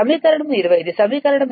సమీకరణం 20 ఇది సమీకరణం 20